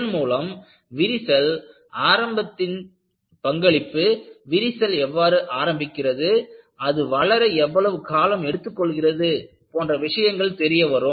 இதன் மூலம் விரிசல் ஆரம்பத்தின் பங்களிப்பு விரிசல் எவ்வாறு ஆரம்பிக்கிறது அது வளர எவ்வளவு காலம் எடுத்துக்கொள்கிறது போன்ற விஷயங்கள் தெரிய வரும்